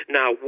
Now